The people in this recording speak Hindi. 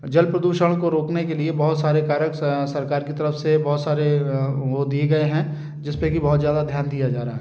जल प्रदूषण को रोकने के लिए बहुत सारे कारक सा सरकार की तरफ़ से बहुत सारे वो दिए गए हैं जिस पर कि बहुत ज़्यादा ध्यान दिया जा रहा है